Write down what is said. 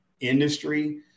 industry